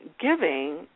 giving